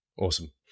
Awesome